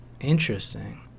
Interesting